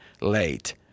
late